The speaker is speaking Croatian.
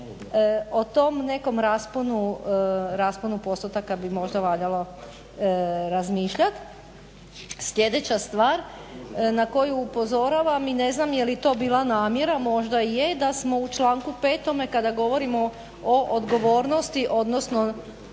o tom nekom rasponu postotaka bi možda valjalo razmišljati. Sljedeća stvar na koju upozoravam i ne znam je li to bila namjera, možda i je, da smo u članku 5. kada govorimo o odgovornosti, odnosno